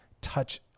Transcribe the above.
touch